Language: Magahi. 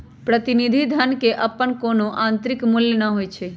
प्रतिनिधि धन के अप्पन कोनो आंतरिक मूल्य न होई छई